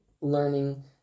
learning